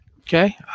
Okay